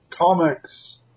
Comics